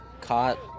caught